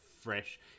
fresh